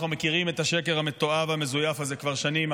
אנחנו מכירים את השקר המתועב והמזויף הזה כבר שנים,